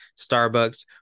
Starbucks